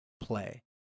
play